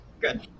good